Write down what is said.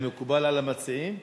מקובל על המציעים?